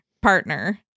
partner